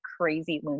crazy